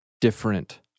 different